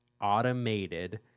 automated